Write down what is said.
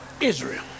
Israel